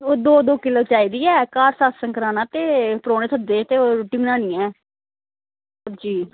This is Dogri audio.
एह् दौ दौ किलो चाहिदी ऐ ते घर सत्संग कराना ते परौह्ने सद्दे दे ते रुट्टी बनानी ऐ जी